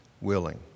willing